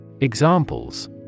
Examples